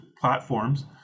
platforms